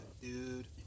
dude